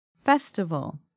Festival